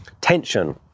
tension